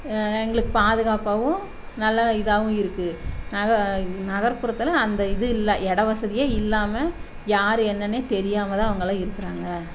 எங்களுக்கு பாதுக்காப்பாகவும் நல்ல இதாகவும் இருக்குது நக நகர்புறத்தில் அந்த இது இல்லை இட வசதியே இல்லாமல் யார் என்னன்னே தெரியாமல் தான் அவங்களாம் இருக்குறாங்க